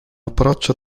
approccio